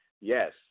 Yes